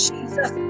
Jesus